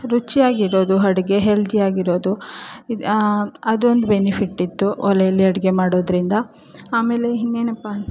ರುಚಿಯಾಗಿರೋದು ಅಡುಗೆ ಹೆಲ್ದಿಯಾಗಿರೋದು ಅದೊಂದು ಬೆನಿಫಿಟ್ಟಿತ್ತು ಒಲೆಯಲ್ಲಿ ಅಡುಗೆ ಮಾಡೋದರಿಂದ ಆಮೇಲೆ ಇನ್ನೇನಪ್ಪಾ ಅಂತ